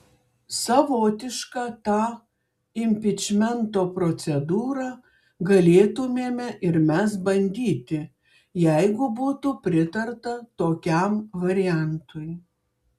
savotišką tą impičmento procedūrą galėtumėme ir mes bandyti jeigu būtų pritarta tokiam variantui